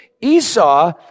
Esau